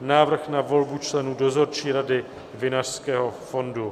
Návrh na volbu členů Dozorčí rady Vinařského fondu